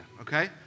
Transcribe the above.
okay